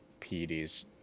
PDs